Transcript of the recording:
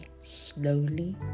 slowly